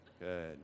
good